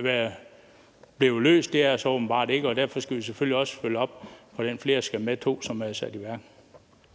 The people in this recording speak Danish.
være blevet løst – det er det så åbenbart ikke – og derfor skal vi selvfølgelig også følge op, så flere kommer med i runde to, som er sat i værk.